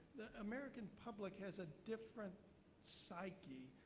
the american public has a different psyche.